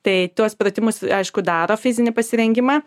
tai tuos pratimus aišku daro fizinį pasirengimą